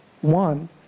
One